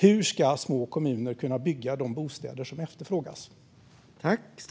Hur ska små kommuner kunna bygga de bostäder som efterfrågas?